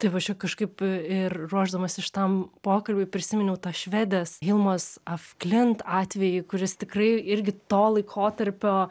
taip aš čia kažkaip ir ruošdamasi šitam pokalbiui prisiminiau tą švedės hilmos afklint atvejį kuris tikrai irgi to laikotarpio